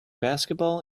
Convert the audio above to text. basketball